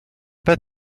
pas